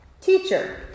Teacher